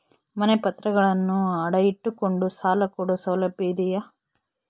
ಮನೆ ಪತ್ರಗಳನ್ನು ಅಡ ಇಟ್ಟು ಕೊಂಡು ಸಾಲ ಕೊಡೋ ಸೌಲಭ್ಯ ಇದಿಯಾ?